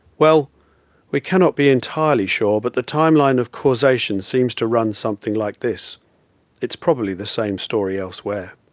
well we cannot be entirely sure, but the timeline of causation seems to run something like this it's probably the same story elsewhere.